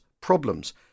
problems